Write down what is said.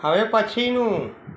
હવે પછીનું